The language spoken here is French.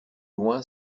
loin